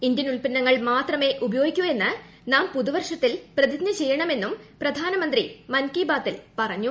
Indian ഉൽപ്പന്നങ്ങൾ മാത്രമേ ഉപയോഗിക്കൂ എന്ന് നാം പുതുവർഷത്തിൽ പ്രതിജ്ഞ ചെയ്യണമെന്നും പ്രധാനമന്ത്രി മൻ കി ബാത്തിൽ പറഞ്ഞു